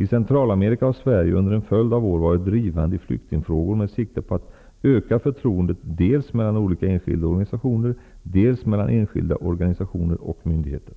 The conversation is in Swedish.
I Centralamerika har Sverige under en följd av år varit drivande i flyktingfrågor med sikte på att öka förtroendet dels mellan olika enskilda organisationer, dels mellan enskilda organisationer och myndigheter.